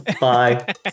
bye